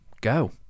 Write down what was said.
go